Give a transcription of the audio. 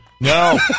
No